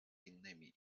innymi